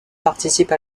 participe